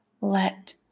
let